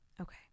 okay